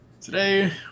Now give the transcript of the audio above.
Today